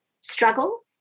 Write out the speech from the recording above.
struggle